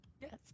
Yes